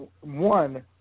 one